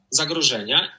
zagrożenia